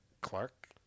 Clark